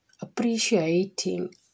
appreciating